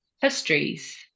histories